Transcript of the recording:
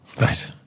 Right